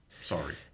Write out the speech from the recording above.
Sorry